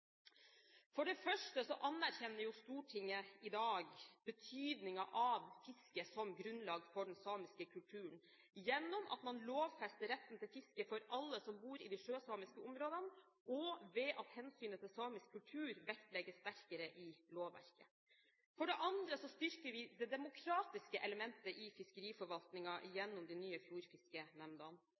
For det første anerkjenner Stortinget i dag betydningen av fiske som grunnlag for den samiske kulturen, gjennom at man lovfester retten til fiske for alle som bor i de sjøsamiske områdene, og ved at hensynet til samisk kultur vektlegges i lovverket. For det andre styrker vi det demokratiske elementet i fiskeriforvaltningen gjennom den nye